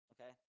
Okay